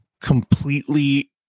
completely